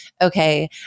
okay